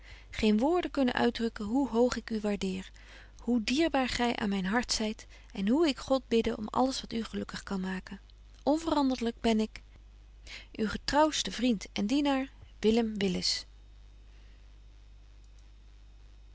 geen woorden kunnen uitdrukken hoe hoog ik u waardeer hoe dierbaar gy aan myn hart zyt en hoe ik god bidde om alles wat u gelukkig kan maken onveranderlyk ben ik uw getrouwste vriend en